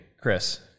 Chris